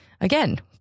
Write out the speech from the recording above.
Again